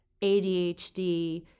ADHD